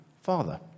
father